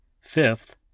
Fifth